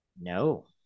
No